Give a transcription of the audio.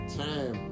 time